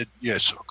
Yes